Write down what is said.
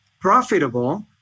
profitable